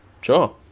Sure